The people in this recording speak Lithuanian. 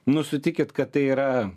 nu sutikit kad tai yra